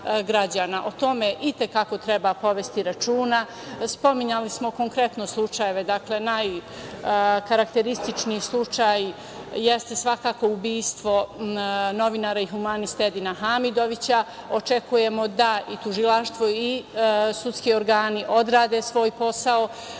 O tome i te kako treba povesti računa. Spominjali smo konkretne slučajeve, a najkarakterističniji je slučaj svakako ubistvo novinara i humanista Edina Hamidovića. Očekujemo da i tužilaštvo i sudski organi odrede svoj posao.